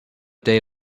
day